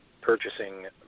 purchasing